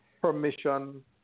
permission